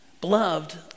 Beloved